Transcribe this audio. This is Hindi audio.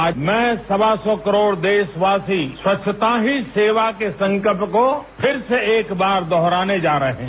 आज मैं सवा सौ करोड़ देशवासी स्वच्छता ही सेवा के संकल्प को फिर से एक बार दोहराने जा रहे हैं